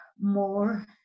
more